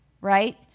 right